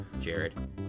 Jared